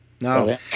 no